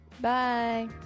Bye